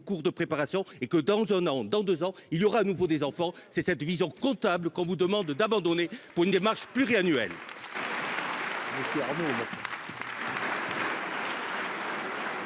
cours de préparation et que dans un an, dans 2 ans il y aura à nouveau des enfants c'est cette vision comptable qu'on vous demande d'abandonner pour une démarche pluriannuelle.